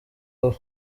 uba